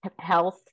Health